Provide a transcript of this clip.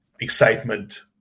excitement